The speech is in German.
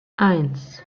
eins